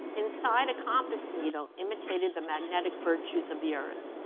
inside, a compass needle imitated the magnetic virtues of the earth.